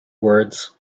words